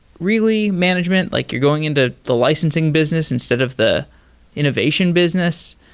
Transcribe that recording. really, management? like you're going into the licensing business instead of the innovation business?